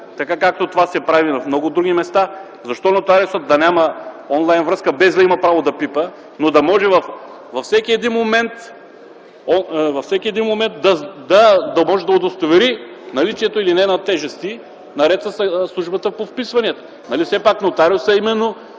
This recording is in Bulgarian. връзка, както това се прави на много други места? Защо нотариусът да няма он-лайн връзка, без да има право да пипа, но във всеки един момент да може да удостовери наличието или не на тежести, наред със Службата по вписванията? Нали все пак на нотариуса са